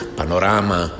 panorama